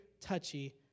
touchy